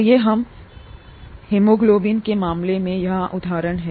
आइए हम a haemoglobin के मामले में यहाँ उदाहरण है